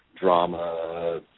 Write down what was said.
drama